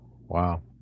Wow